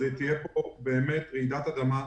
תהיה פה באמת רעידת אדמה,